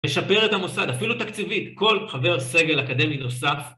משפר את המוסד, אפילו תקציבית, כל חבר סגל אקדמי נוסף.